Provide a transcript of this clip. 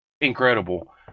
incredible